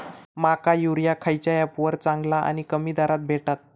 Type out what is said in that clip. माका युरिया खयच्या ऍपवर चांगला आणि कमी दरात भेटात?